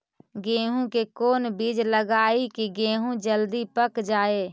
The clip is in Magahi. गेंहू के कोन बिज लगाई कि गेहूं जल्दी पक जाए?